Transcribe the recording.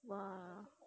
!whoa!